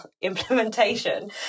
implementation